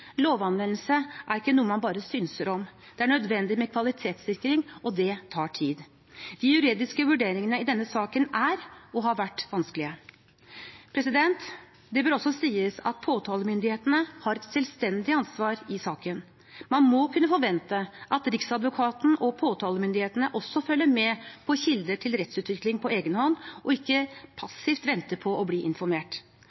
Lovanvendelse er ikke noe man bare synser om. Det er nødvendig med kvalitetssikring, og det tar tid. De juridiske vurderingene i denne saken er, og har vært, vanskelige. Det bør også sies at påtalemyndighetene har et selvstendig ansvar i saken. Man må kunne forvente at Riksadvokaten og påtalemyndighetene også følger med på kilder til rettsutvikling på egen hånd, og ikke